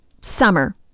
Summer